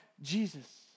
Jesus